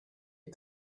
est